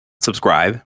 subscribe